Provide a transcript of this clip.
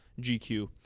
GQ